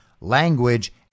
language